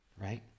right